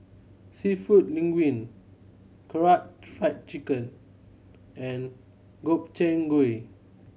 Seafood Linguine Karaage Fried Chicken and Gobchang Gui